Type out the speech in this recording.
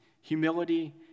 humility